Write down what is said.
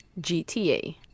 gta